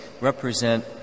represent